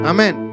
Amen